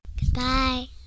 Goodbye